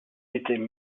étaient